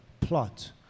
plot